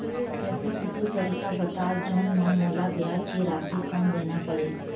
ऐसे कुछू तरीका बताव जोन म मोला ब्याज के राशि कम देना पड़े?